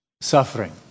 suffering